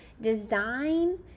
design